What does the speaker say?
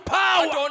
power